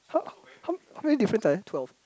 how many difference twelve